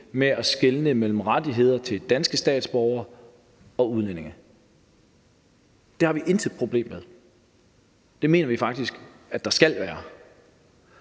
med at skelne mellem rettigheder til danske statsborgere og udlændinge. Det har vi intet problem med. Det mener vi faktisk skal gøres.